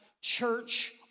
church